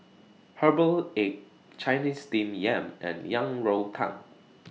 Herbal Egg Chinese Steamed Yam and Yang Rou Tang